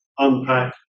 unpack